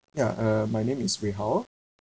ya uh my name is wei hao